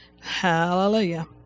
Hallelujah